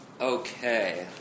Okay